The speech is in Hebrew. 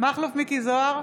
מכלוף מיקי זוהר,